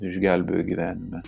išgelbėjo gyvenime